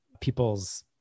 people's